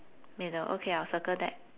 middle okay I'll circle that